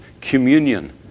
communion